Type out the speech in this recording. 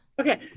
Okay